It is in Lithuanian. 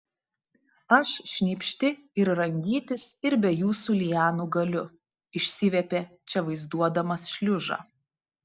aš šnypšti ir rangytis ir be jūsų lianų galiu išsiviepė če vaizduodamas šliužą